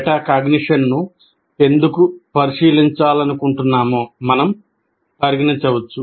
మెటాకాగ్నిషన్ను ఎందుకు పరిశీలించాలనుకుంటున్నామో మనం పరిగణించవచ్చు